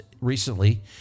recently